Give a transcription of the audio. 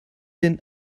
den